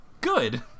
good